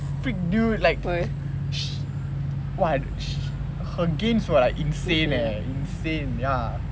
freak dude like sh~ !wah! sh~ her gains were like insane eh insane ya